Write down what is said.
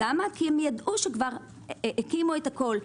כי הם ידעו שכבר הקימו את הכול.